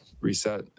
Reset